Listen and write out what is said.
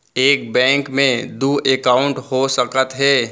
एक बैंक में दू एकाउंट हो सकत हे?